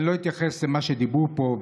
אני לא אתייחס למה שדיברו פה,